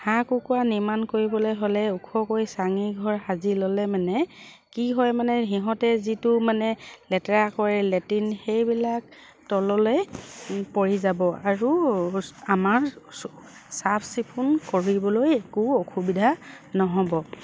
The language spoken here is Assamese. হাঁহ কুকুৰা নিৰ্মাণ কৰিবলে হ'লে ওখকৈ চাঙীঘৰ সাজি ল'লে মানে কি হয় মানে সিহঁতে যিটো মানে লেতেৰা কৰে লেটিন সেইবিলাক তললে পৰি যাব আৰু আমাৰ চাফ চিকুণ কৰিবলৈ একো অসুবিধা নহ'ব